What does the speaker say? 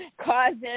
causes